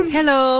Hello